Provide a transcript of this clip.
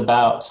about